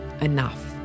enough